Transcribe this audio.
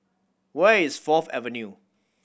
where is Fourth Avenue